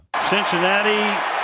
Cincinnati